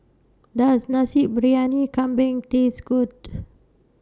Does Nasi Briyani Kambing Taste Good